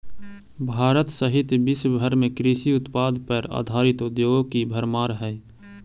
भारत सहित विश्व भर में कृषि उत्पाद पर आधारित उद्योगों की भरमार हई